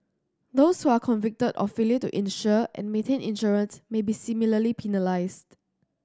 those who are convicted of failure to insure and maintain insurance may be similarly penalised